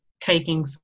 taking